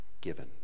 given